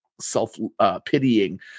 self-pitying